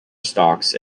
stalks